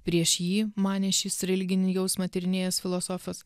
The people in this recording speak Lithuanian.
prieš jį manė šis religinį jausmą tyrinėjęs filosofas